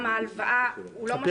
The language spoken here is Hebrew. גם ההלוואה, הוא לא משפיע.